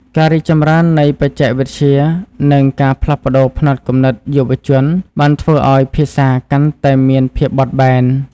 ការរីកចម្រើននៃបច្ចេកវិទ្យានិងការផ្លាស់ប្តូរផ្នត់គំនិតយុវជនបានធ្វើឱ្យភាសាកាន់តែមានភាពបត់បែន។